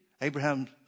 Abraham